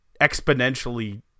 exponentially